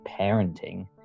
parenting